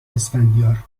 اسفندیار